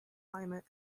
climate